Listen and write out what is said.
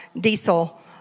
diesel